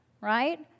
right